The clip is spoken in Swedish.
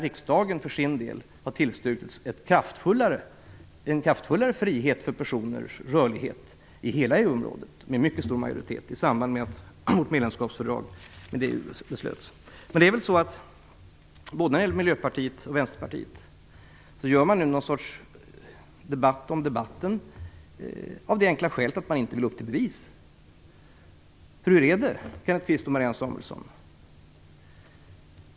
Riksdagen har med mycket stor majoritet tillstyrkt en större frihet för personers rörlighet i hela EU-området i samband med att vårt medlemskapsfördrag med EU beslutades. När det gäller både Miljöpartiet och Vänsterpartiet för man nu någon sorts debatt om debatten av det enkla skälet att man inte vill upp till bevis. Hur är det, Kenneth Kvist och Marianne Samuelsson?